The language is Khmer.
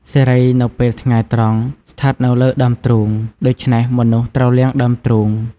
សិរីនៅពេលថ្ងៃត្រង់ស្ថិតនៅលើដើមទ្រូង ដូច្នេះមនុស្សត្រូវលាងដើមទ្រូង។